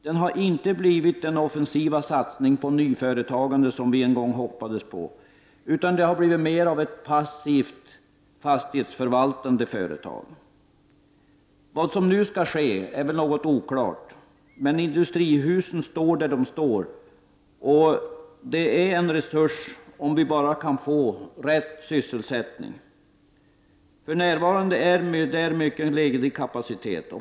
Den har inte blivit den offensiva satsning på nyföretagande som vi en gång hoppades på, utan den har blivit mer av ett passivt fastighetsförvaltande företag. Vad som nu skall ske är något oklart. Industrihusen står dock där de står. De utgör en resurs, om vi bara kan få rätt sysselsättning. För närvarande finns mycket ledig kapacitet.